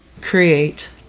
Create